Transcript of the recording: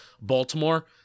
Baltimore –